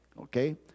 Okay